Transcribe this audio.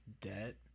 debt